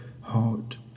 heart